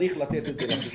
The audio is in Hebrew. צריך לתת את זה לתושבים,